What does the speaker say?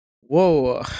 Whoa